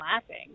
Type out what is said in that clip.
laughing